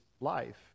life